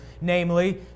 namely